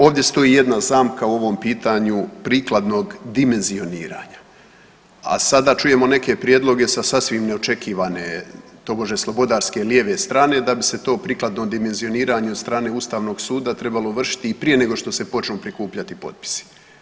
Ovdje stoji jedna zamka u ovom pitanju prikladnog dimenzioniranja, a sada čujemo neke prijedloge sa sasvim neočekivane tobože slobodarske lijeve strane da bi se to prikladno dimenzioniranje od strane Ustavnog suda trebalo vršiti i prije nego što su počnu prikupljati potpisi.